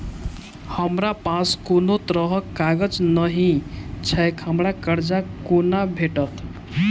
हमरा पास कोनो तरहक कागज नहि छैक हमरा कर्जा कोना भेटत?